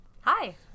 Hi